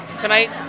Tonight